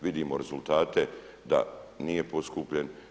Vidimo rezultate da nije poskupljen.